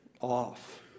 off